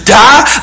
die